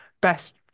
best